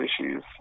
issues